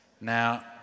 Now